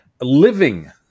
living